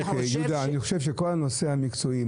אני חושב שכל הנושא המקצועי,